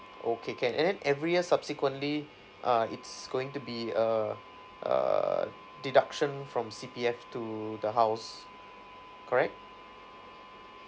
okay can and then every year subsequently uh it's going to be uh err deduction from C_P_F to the house correct